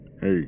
Hey